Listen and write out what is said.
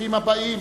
ברוכים הבאים